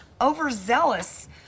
overzealous